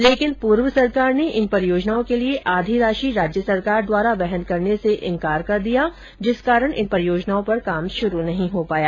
लेकिन पूर्व सरकार ने इन परियोजनाओं के लिए आधी राषि राज्य द्वारा वहन करने से इनकार कर दिया जिस कारण इन परियोजनाओं पर काम शुरू नहीं हो पाया